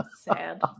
Sad